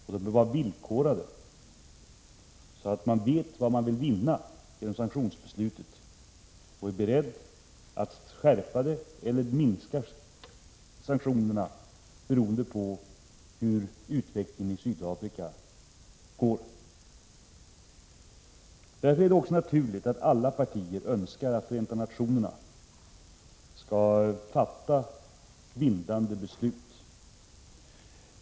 De bör också vara villkorade, så att det står klart vilka vinster som man vill nå genom sanktionsbeslutet och så att man kan skärpa eller minska sanktionerna beroende på hur förhållandena i Sydafrika utvecklas. Därför är det också naturligt att alla partier önskar att Förenta nationerna skall fatta bindande beslut.